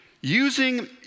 using